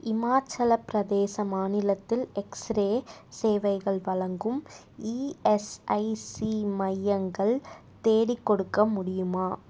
இமாச்சலப் பிரதேச மாநிலத்தில் எக்ஸ்ரே சேவைகள் வழங்கும் இஎஸ்ஐசி மையங்கள் தேடிக்கொடுக்க முடியுமா